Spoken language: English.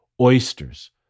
oysters